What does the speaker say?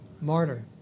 Martyr